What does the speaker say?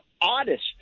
oddest